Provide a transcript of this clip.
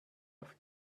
off